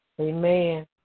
Amen